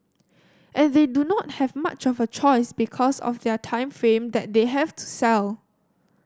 and they do not have much of a choice because of their time frame that they have to sell